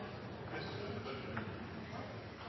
beste